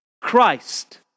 Christ